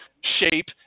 shape